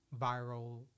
viral